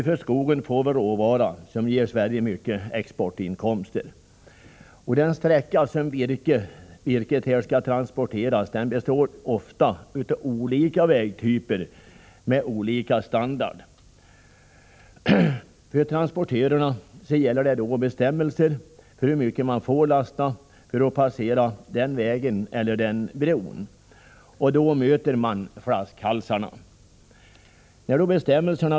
Från skogen får vi råvara som ger Sverige stora exportinkomster. Den sträcka som virket skall transporteras består ofta av olika vägtyper med olika standard. För transportörerna gäller bestämmelser för hur mycket de får lasta för att passera en viss väg eller en viss bro. Då möter de flaskhalsar.